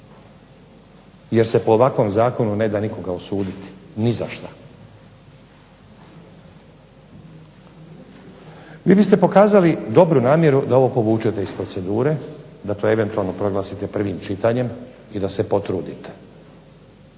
jer se po ovakvom zakonu ne da nikoga osuditi, ni zašta. Vi biste pokazali dobru namjeru da ovo povučete iz procedure, da to eventualno proglasite prvim čitanjem, i da se potrudite,